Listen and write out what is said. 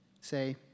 say